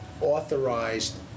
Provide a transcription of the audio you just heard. authorized